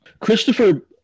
christopher